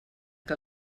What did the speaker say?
que